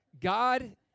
God